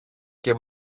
και